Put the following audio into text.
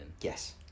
Yes